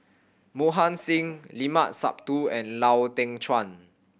Mohan Singh Limat Sabtu and Lau Teng Chuan